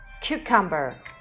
Cucumber